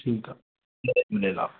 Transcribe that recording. Jay Jhulelal